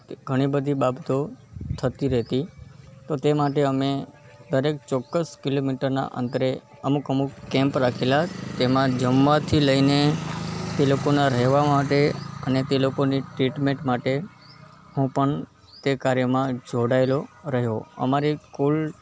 એ ઘણી બધી બાબતો થતી રહેતી તો તે માટે અમે દરેક ચોક્કસ કિલોમીટરના અંતરે અમુક અમુક કેમ્પ રાખેલાં તેમાં જમવાથી લઈને તે લોકોનાં રહેવા માટે અને તે લોકોની ટ્રીટમેન્ટ માટે હું પણ તે કાર્યમાં જોડાયેલો રહ્યો અમારી કુલ